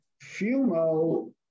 Fumo